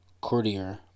courtier